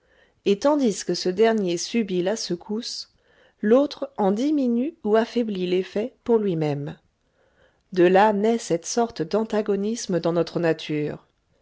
et tandis que ce dernier subit la secousse l'autre en diminue ou affaiblit l'effet pour lui-même de là naît cette sorte d'antagonisme dans notre nature